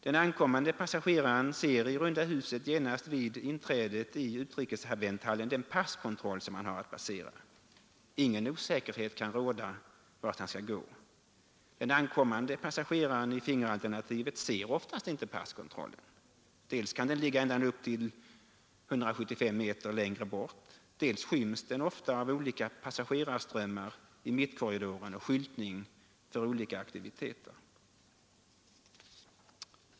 Den ankommande passageraren ser i runda huset genast vid inträdet i utrikesvänthallen den passkontroll som han har att passera. Ingen osäkerhet kan råda om vart han skall gå. Den ankommande passageraren i fingeralternativet ser oftast inte passkontrollen. Dels kan den ligga ända upp till 175 meter längre bort, dels skyms den ofta av olika passagerarströmmar i mittkorridoren och av skyltning för olika aktiviteter.